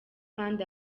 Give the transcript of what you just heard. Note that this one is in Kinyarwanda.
fund